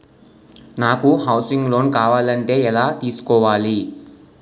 నాకు housing loan కావాలంటే ఎలా తీసుకోవాలి?